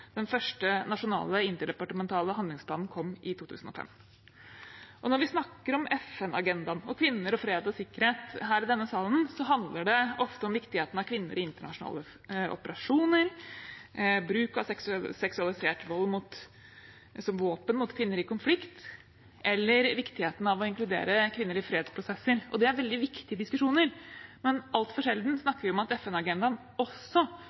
den første nasjonale interdepartementale handlingsplanen kom i 2005. Når vi snakker om FN-agendaen og kvinner og fred og sikkerhet her i denne salen, handler det ofte om viktigheten av kvinner i internasjonale operasjoner, bruk av seksualisert vold som våpen mot kvinner i konflikt eller viktigheten av å inkludere kvinner i fredsprosesser. Det er veldig viktige diskusjoner, men altfor sjelden snakker vi om at FN-agendaen også